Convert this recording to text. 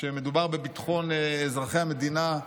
כשמדובר בביטחון אזרחי המדינה,